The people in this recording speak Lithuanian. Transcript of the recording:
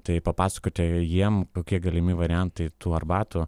tai papasakoti jiem kokie galimi variantai tų arbatų